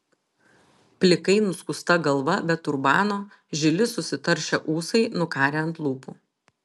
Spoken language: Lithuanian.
plikai nuskusta galva be turbano žili susitaršę ūsai nukarę ant lūpų